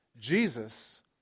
Jesus